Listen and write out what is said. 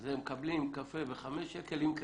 אז הם מקבלים קפה ב-5 שקל עם קרינה.